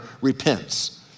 repents